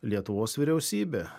lietuvos vyriausybe